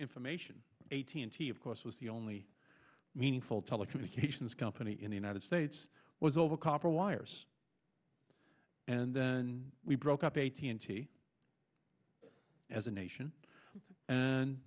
information a t t of course was the only meaningful telecommunications company in the united states was over copper wires and then we broke up a t n t as a nation and